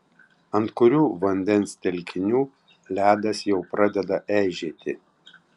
ant kurių vandens telkinių ledas jau pradeda eižėti